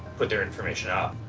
put their information up.